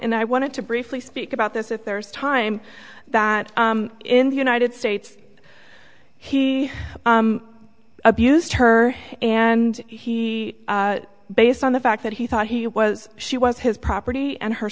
and i wanted to briefly speak about this if there is time that in the united states he abused her and he based on the fact that he thought he was she was his property and her